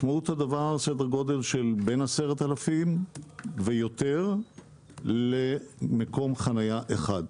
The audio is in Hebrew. משמעות הדבר סדר גודל של 10,000 ויותר למקום חניה אחד.